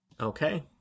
Okay